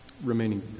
remaining